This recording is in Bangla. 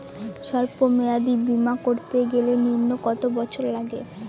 সল্প মেয়াদী বীমা করতে গেলে নিম্ন কত বছর লাগে?